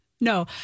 No